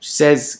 says